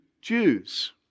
Jews